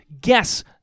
guess